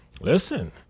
listen